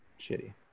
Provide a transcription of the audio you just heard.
shitty